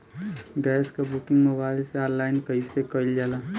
Gas क booking mobile से online कईसे कईल जाला?